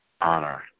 honor